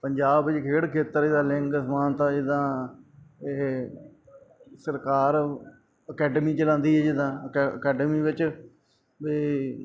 ਪੰਜਾਬ ਵਿੱਚ ਖੇਡ ਖੇਤਰ ਦਾ ਲਿੰਗ ਸਮਾਨਤਾ ਜਿੱਦਾਂ ਇਹ ਸਰਕਾਰ ਅਕੈਡਮੀ ਚਲਾਉਂਦੀ ਜਿੱਦਾਂ ਅਕੈ ਅਕੈਡਮੀ ਵਿੱਚ ਅਤੇ